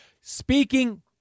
speaking